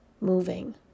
moving